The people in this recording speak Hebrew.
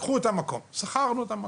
קחו את המקום ושכרנו את המקום.